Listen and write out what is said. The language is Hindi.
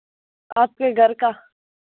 आपके घर का